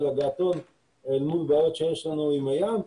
הגעתון אל מול בעיות שיש לנו עם הים,